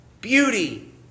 beauty